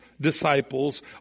disciples